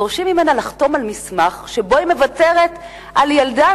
דורשים ממנה לחתום על מסמך שבו היא מוותרת על ילדה,